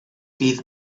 bydd